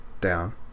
down